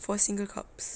for single cups